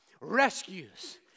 rescues